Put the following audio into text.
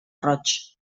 roig